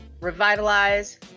revitalize